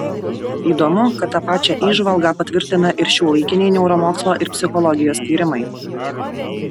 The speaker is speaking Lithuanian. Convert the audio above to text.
įdomu kad tą pačią įžvalgą patvirtina ir šiuolaikiniai neuromokslo ir psichologijos tyrimai